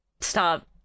Stop